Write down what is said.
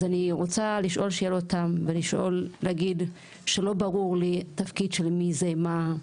אז אני רוצה לשאול שאלות תם ולהגיד שלא ברור לי תפקיד של מי זה מה?